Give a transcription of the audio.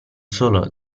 solo